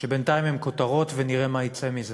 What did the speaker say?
שבינתיים הן כותרות, ונראה מה יצא מזה,